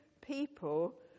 people